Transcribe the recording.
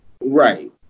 Right